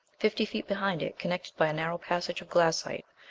fifty feet behind it, connected by a narrow passage of glassite,